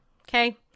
Okay